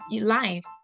life